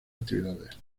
actividades